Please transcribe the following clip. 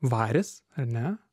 varis ar ne